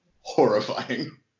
horrifying